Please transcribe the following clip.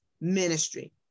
ministry